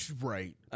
Right